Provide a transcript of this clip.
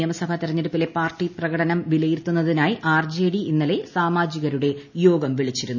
നിയമസഭ തെരഞ്ഞെടുപ്പിലെ പാർട്ടി പ്രകടനം വിലയിരുത്താനായി ആർജെഡി ഇന്നലെ സാമാജികരുടെ യോഗം വിളിച്ചിരുന്നു